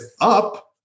up